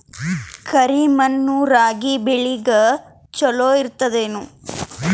ಕರಿ ಮಣ್ಣು ರಾಗಿ ಬೇಳಿಗ ಚಲೋ ಇರ್ತದ ಏನು?